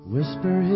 Whisper